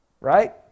right